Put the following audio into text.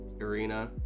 Arena